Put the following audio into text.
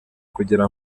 kugira